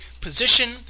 position